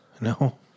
No